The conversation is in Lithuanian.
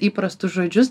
įprastus žodžius